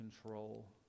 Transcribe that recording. control